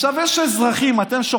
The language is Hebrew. אתם מאיימים על ראש הממשלה בטלוויזיה.